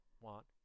want